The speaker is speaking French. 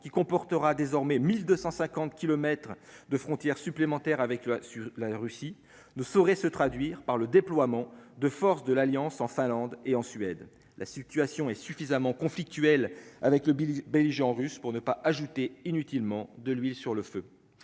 qui comportera désormais 1250 kilomètres de frontière supplémentaire avec, sur la Russie ne saurait se traduire par le déploiement de forces de l'Alliance en Finlande et en Suède, la situation est suffisamment conflictuelles avec le belligérants russe pour ne pas ajouter inutilement de l'huile sur le feu,